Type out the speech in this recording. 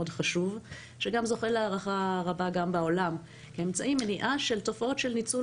חשוב שגם זוכה להערכה רבה בעולם כאמצעי מניעה של תופעות של ניצול,